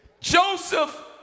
Joseph